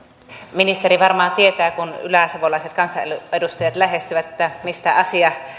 ministeri varmaan tietää kun yläsavolaiset kansanedustajat lähestyvät mistä asia